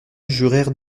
jurèrent